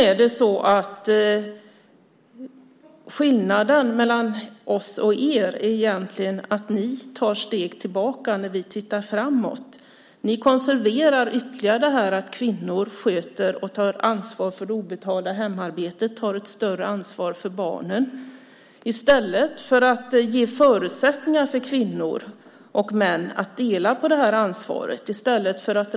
Skillnaden mellan oss och er är egentligen att ni tar steg tillbaka när vi tittar framåt. Ni konserverar ytterligare detta att kvinnor sköter och tar ansvar för det obetalda hemarbetet och tar ett större ansvar för barnen. Ni förstärker detta mönster i stället för att ge förutsättningar för kvinnor och män att dela på ansvaret och i stället för att genomföra reformer.